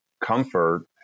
comfort